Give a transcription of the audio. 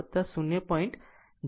આમ Yg jb